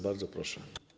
Bardzo proszę.